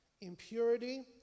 impurity